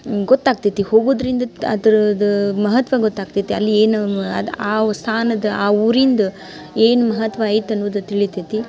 ಗೊತ್ತಾಗ್ತೈತಿ ಹೋಗೋದರಿಂದ ಅದ್ರದ್ದು ಮಹತ್ವ ಗೊತ್ತಾಗ್ತೈತಿ ಅಲ್ಲಿ ಏನು ಅದು ಆವ್ ಸ್ಥಾನದ ಆ ಊರಿಂದು ಏನು ಮಹತ್ವ ಐತೆ ಅನ್ನೋದು ತಿಳಿತೈತಿ